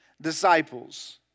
disciples